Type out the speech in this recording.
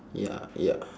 ya ya